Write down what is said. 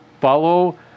follow